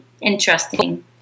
interesting